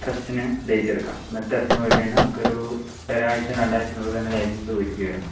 ടെസ്റ്റിന് ഡേറ്റ് എടുക്കാം എന്നിട്ട് ടെസ്റ്റിന് പോയി കഴിഞ്ഞാൽ നമുക്ക് ഒരു ഒരാഴ്ച രണ്ട് ആഴ്ച്ചേൻ്റെ ഉള്ള് തന്നെ ലൈസൻസ് വീട്ടിലേക്ക് വരുന്നതാണ്